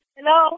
Hello